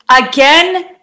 Again